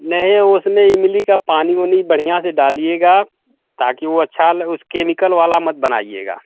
नहीं उसमें इमली का पानी ओनी बढ़िया से डालिएगा ताकि वो अच्छा वो केमिकल वाला मत बनाइएगा